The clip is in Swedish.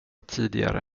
tidigare